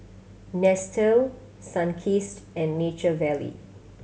Nestle Sunkist and Nature Valley